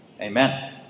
Amen